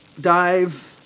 dive